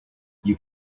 you